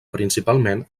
principalment